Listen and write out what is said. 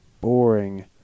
boring